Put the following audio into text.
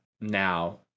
now